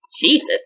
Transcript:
Jesus